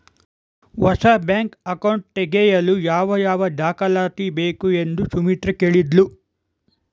ಹೊಸ bank account ತೆಗೆಯಲು ಯಾವ ಯಾವ ದಾಖಲಾತಿ ಬೇಕು ಎಂದು ಸುಮಿತ್ರ ಕೇಳಿದ್ಲು